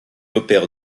opère